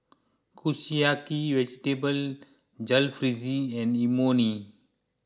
Kushiyaki Vegetable Jalfrezi and Imoni